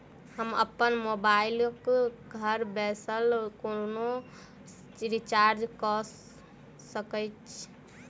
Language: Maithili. हम अप्पन मोबाइल कऽ घर बैसल कोना रिचार्ज कऽ सकय छी?